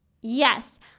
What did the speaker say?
Yes